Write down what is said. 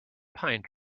pine